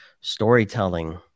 storytelling